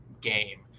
game